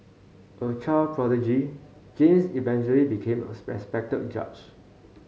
a child prodigy James eventually became a respected judge